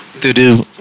Do-do